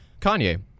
kanye